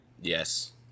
Yes